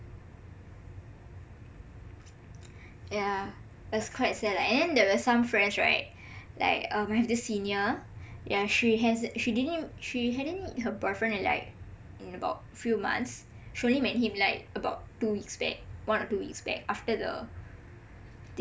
yah it was quite sad lah and then there were some friends right like uh I have this senior yah she has she didn't she haven't meet her boyfriend like in about a few months she only met him like about two weeks back one or two weeks back after the